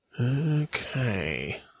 Okay